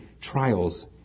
trials